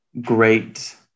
great